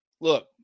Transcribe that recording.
Look